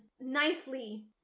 nicely